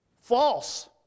False